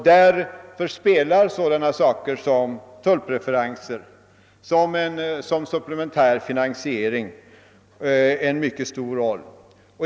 Här spelar sådana frågor som tullpreferenser och supplementär finansiering en mycket stor roll.